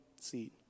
seat